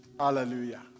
Hallelujah